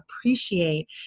appreciate